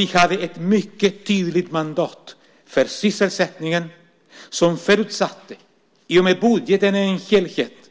Vi hade ett mycket tydligt mandat för sysselsättningen som förutsatte, i och med att budgeten är en helhet,